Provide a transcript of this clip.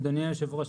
אדוני היושב ראש,